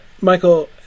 Michael